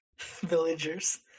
villagers